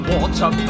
Water